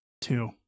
Two